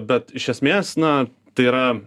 bet iš esmės na tai yra